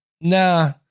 nah